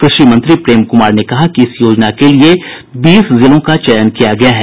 कृषि मंत्री प्रेम कुमार ने कहा कि इस योजना के लिए बीस जिलों का चयन किया गया है